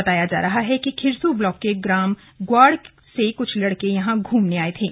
बताया जा रहा है कि खिर्सू ब्लॉक के ग्राम ग्वाड़ से कुछ लड़के यहां घूमने आये थे